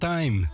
Time